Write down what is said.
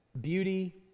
beauty